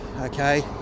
okay